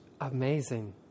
amazing